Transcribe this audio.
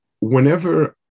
Whenever